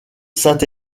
saint